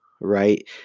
right